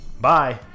Bye